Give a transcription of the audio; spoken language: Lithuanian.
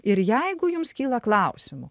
ir jeigu jums kyla klausimų